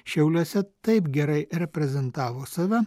šiauliuose taip gerai reprezentavo save